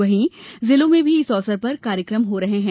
वहीं जिलों में भी इस अवसर पर कार्यक्रम हो रहे हैं